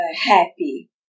happy